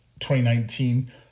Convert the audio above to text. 2019